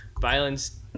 violence